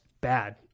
bad